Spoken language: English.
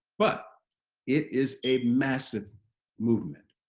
but it is a massive movement.